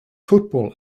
football